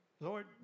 Lord